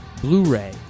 blu-ray